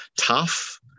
tough